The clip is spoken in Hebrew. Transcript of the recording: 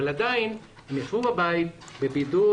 אבל עדיין הם ישבו בבית בבידוד,